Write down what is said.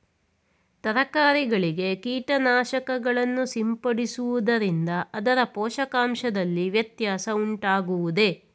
ತರಕಾರಿಗಳಿಗೆ ಕೀಟನಾಶಕಗಳನ್ನು ಸಿಂಪಡಿಸುವುದರಿಂದ ಅದರ ಪೋಷಕಾಂಶದಲ್ಲಿ ವ್ಯತ್ಯಾಸ ಉಂಟಾಗುವುದೇ?